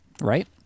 right